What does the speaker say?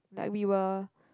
like we were